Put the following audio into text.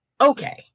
okay